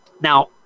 now